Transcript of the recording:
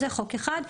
זה חוק אחד,